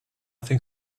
think